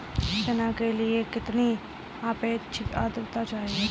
चना के लिए कितनी आपेक्षिक आद्रता चाहिए?